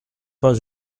pas